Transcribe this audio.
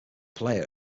player